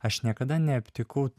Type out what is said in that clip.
aš niekada neaptikau